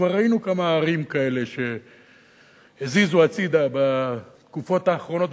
כבר ראינו כמה ערים כאלה שהזיזו הצדה בתקופות האחרונות,